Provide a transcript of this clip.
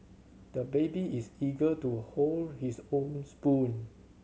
the baby is eager to hold his own spoon